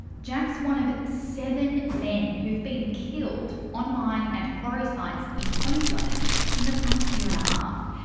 jack's one of seven men who have been killed on mine and quarry sites in queensland in the past year and a half.